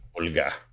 Olga